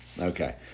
okay